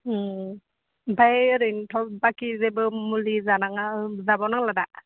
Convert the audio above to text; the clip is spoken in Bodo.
ओमफाय ओरैनोथ' बाखि जेबो मुलि जानाङा जाबाव नांला दा